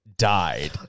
died